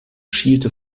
schielte